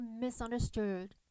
misunderstood